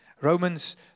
Romans